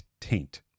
taint